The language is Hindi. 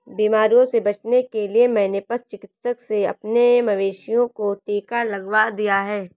बीमारियों से बचने के लिए मैंने पशु चिकित्सक से अपने मवेशियों को टिका लगवा दिया है